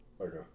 Okay